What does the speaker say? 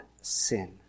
sin